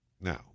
now